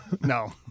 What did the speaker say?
no